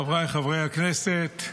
חבריי חברי הכנסת,